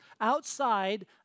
outside